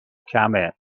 کمه